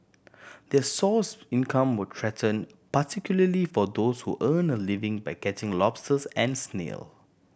their source income were threaten particularly for those who earn a living by catching lobsters and snail